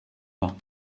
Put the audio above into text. bains